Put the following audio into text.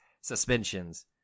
suspensions